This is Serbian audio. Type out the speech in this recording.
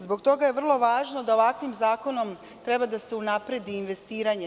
Zbog toga je vrlo važno da ovakvim zakonom treba da se unapredi investiranje.